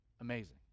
Amazing